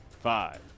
Five